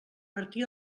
martí